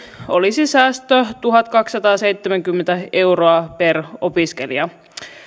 olisi säästö tuhatkaksisataaseitsemänkymmentä euroa per opiskelija